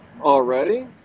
already